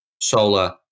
solar